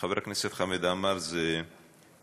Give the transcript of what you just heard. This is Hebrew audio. חבר הכנסת חמד עמאר, זה מגה-פיגוע.